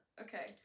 Okay